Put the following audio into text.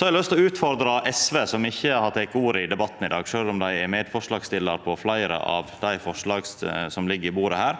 til å utfordra SV, som ikkje har teke ordet i debatten i dag, sjølv om dei er medforslagsstillarar på fleire av dei forslaga som ligg på bordet her.